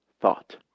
Thought